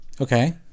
Okay